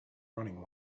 running